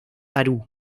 aru